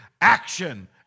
action